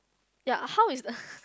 ya how is